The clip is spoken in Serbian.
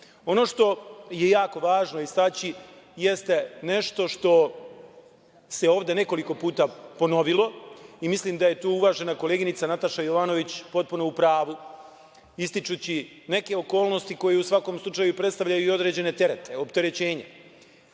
što je jako važno istaći jeste nešto što se ovde nekoliko puta ponovilo. Mislim da je tu uvažena koleginica, Nataša Jovanović, potpuno u pravu ističući neke okolnosti koje u svakom slučaju predstavljaju i određene terete, opterećenje.